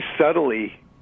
subtly